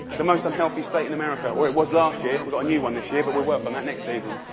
the most unhealthy state in america. or it was last year. we've got a new one this year, but we'll work on that next season.